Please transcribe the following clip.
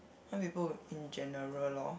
some people in general lor